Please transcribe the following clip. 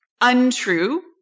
untrue